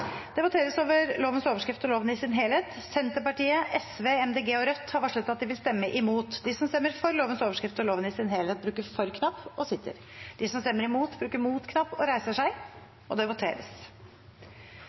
Det voteres over lovens overskrift og loven i sin helhet. Senterpartiet, Sosialistisk Venstreparti, Miljøpartiet De Grønne og Rødt har varslet at de vil stemme imot. Lovvedtaket vil bli ført opp til andre gangs behandling i